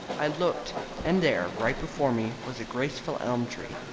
i looked and there, right before me, was a graceful elm tree,